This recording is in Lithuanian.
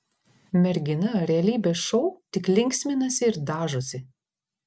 mergina realybės šou tik linksminasi ir dažosi